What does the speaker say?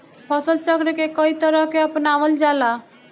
फसल चक्र के कयी तरह के अपनावल जाला?